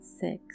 six